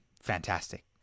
fantastic